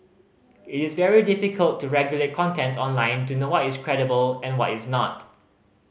it is very difficult to regulate contents online to know what is credible and what is not